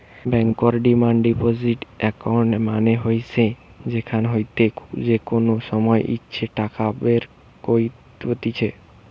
বেঙ্কর demand deposit account মানে হইসে যেখান হইতে যে কোনো সময় ইচ্ছে টাকা বের কত্তিছে